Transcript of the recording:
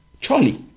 Charlie